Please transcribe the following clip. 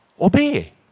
obey